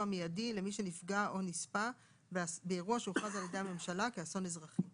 מיידי למי שנפגע או נספה באירוע שהוכרז על ידי הממשלה כאסון אזרחי